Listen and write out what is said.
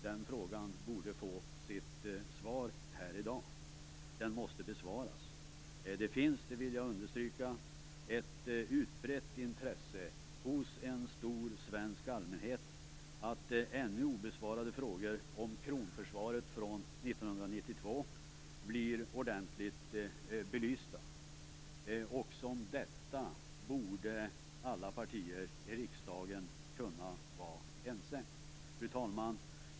Den frågan borde få sitt svar här i dag. Den måste besvaras. Jag vill understryka att det finns ett utbrett intresse hos en stor svensk allmänhet att ännu obesvarade frågor om kronförsvaret från 1992 blir ordentligt belysta. Också om detta borde alla partier i riksdagen kunna vara ense. Fru talman!